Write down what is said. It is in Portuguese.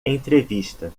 entrevista